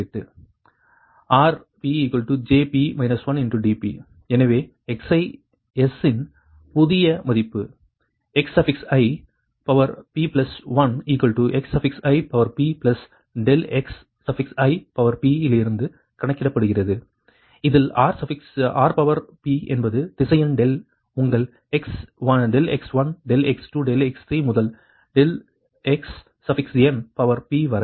R J 1 D எனவே xi s இன் புதிய மதிப்பு xip1xip∆xip இலிருந்து கணக்கிடப்படுகிறது இதில் R என்பது திசையன் டெல் உங்கள் ∆x1 ∆x2 ∆x3 முதல் ∆xnp வரை